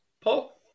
Paul